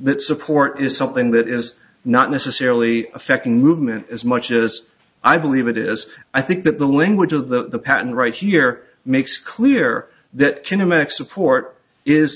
that support is something that is not necessarily affecting movement as much as i believe it is i think that the language of the patent right here makes clear that in america support is